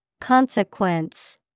Consequence